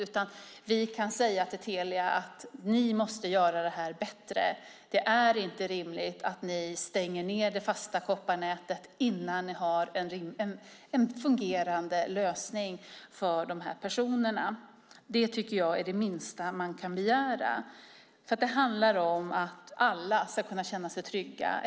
Vi kan i stället säga till Telia: Ni måste göra det här bättre! Det är inte rimligt att ni stänger ned det fasta kopparnätet innan ni har en fungerande lösning för dessa personer. Det tycker jag är det minsta man kan begära. Det handlar om att alla ska kunna känna sig trygga.